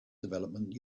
development